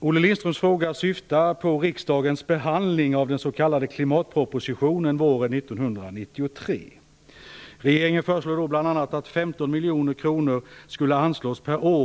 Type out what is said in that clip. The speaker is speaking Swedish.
Olle Lindströms fråga syftar på riksdagens behandling av den s.k. klimatpropositionen (prop.